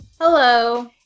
Hello